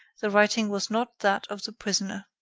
the writing was not that of the prisoner.